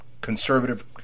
conservative